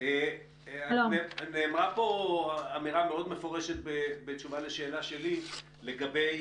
נאמרה פה אמירה מאוד מפורשת בתשובה לשאלתי לגבי